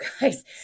guys